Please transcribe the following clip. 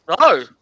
No